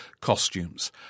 costumes